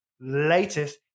latest